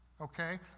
okay